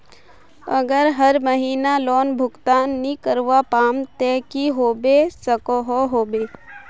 अगर हर महीना लोन भुगतान नी करवा पाम ते की होबे सकोहो होबे?